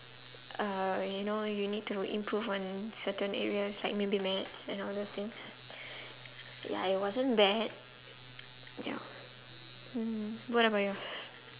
uh you know you need to improve on certain areas like maybe maths and all those things ya it wasn't bad ya hmm what about yours